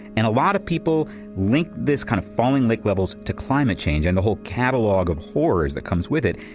and a lot of people link this kind of falling lake levels to the climate change and the whole catalog of horrors that comes with it.